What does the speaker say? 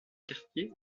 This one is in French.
quartier